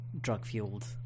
drug-fueled